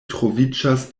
troviĝas